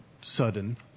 sudden